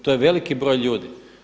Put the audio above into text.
To je veliki broj ljudi.